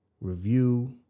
review